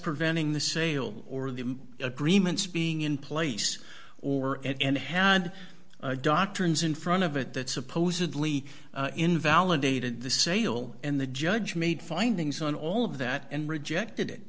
preventing the sale or the agreements being in place or and had doctrines in front of it that supposedly invalidated the sale and the judge made findings on all of that and rejected